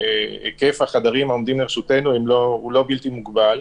שהיקף החדרים העומד לרשותנו הוא לא בלתי מוגבל,